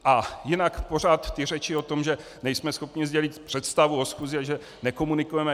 A jinak pořád řeči o tom, že nejsme schopni sdělit představu o schůzi a že nekomunikujeme.